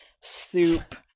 soup